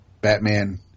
Batman